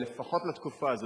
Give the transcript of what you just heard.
אבל לפחות לתקופה הזאת,